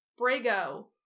brago